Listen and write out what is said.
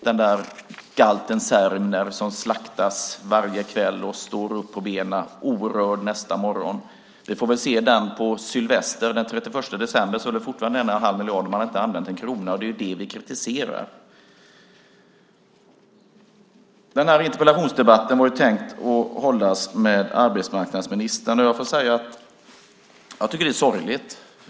Det är galten Särimner som slaktas varje kväll och står upp på benen orörd nästa morgon. Vi får väl se den på Sylvester, den 31 december. Då finns fortfarande denna 1 1⁄2 miljard, och man har inte använt en enda krona. Det är ju det vi kritiserar. Den här interpellationsdebatten var ju tänkt att hållas med arbetsmarknadsministern. Jag får säga att jag tycker att det är sorgligt att han inte deltar.